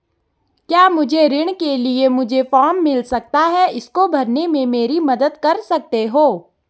क्या मुझे ऋण के लिए मुझे फार्म मिल सकता है इसको भरने में मेरी मदद कर सकते हो?